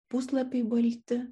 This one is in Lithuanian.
puslapiai balti